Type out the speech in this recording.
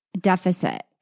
deficit